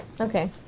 Okay